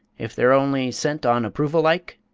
if they're only sent on approval like?